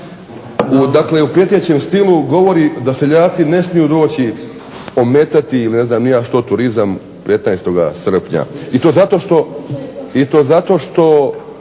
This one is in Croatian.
ovako u prijetećem stilu govori da seljaci ne smiju doći ometati ili ne znam ni ja što turizam 15. srpnja i to zato što